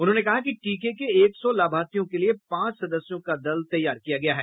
उन्होंने कहा कि टीके के एक सौ लाभार्थियों के लिए पांच सदस्यों का दल तैयार किया गया है